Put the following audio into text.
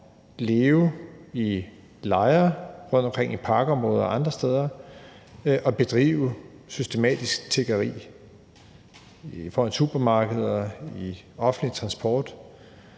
leve i lejre rundtomkring i parkområder og andre steder og bedrive systematisk tiggeri foran supermarkeder, i offentlig transport,